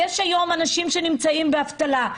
יש אנשים שנמצאים באבטלה,